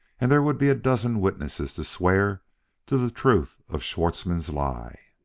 and there would be a dozen witnesses to swear to the truth of schwartzmann's lie.